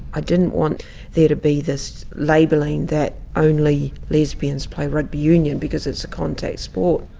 i didn't want there to be this labelling that only lesbians play rugby union because it's a contact sport.